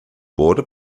border